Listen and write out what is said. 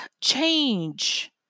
change